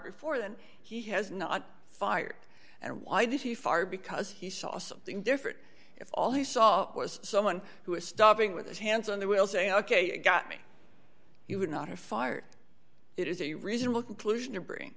before then he has not fired and why did he fire because he saw something different if all he saw was someone who was stopping with his hands on the wheel say ok it got me he would not have fired it is a reasonable conclusion to bring